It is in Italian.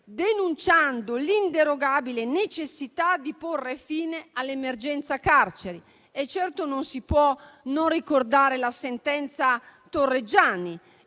denunciando l'inderogabile necessità di porre fine all'emergenza carceri. Non si può non ricordare la sentenza Torreggiani.